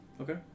Okay